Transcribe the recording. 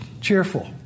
cheerful